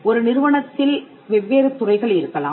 ஒரு நிறுவனத்தில் வெவ்வேறு துறைகள் இருக்கலாம்